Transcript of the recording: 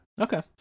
Okay